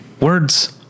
words